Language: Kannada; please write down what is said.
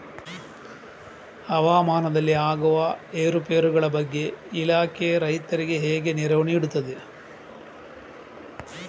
ಹವಾಮಾನದಲ್ಲಿ ಆಗುವ ಏರುಪೇರುಗಳ ಬಗ್ಗೆ ಇಲಾಖೆ ರೈತರಿಗೆ ಹೇಗೆ ನೆರವು ನೀಡ್ತದೆ?